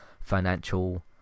financial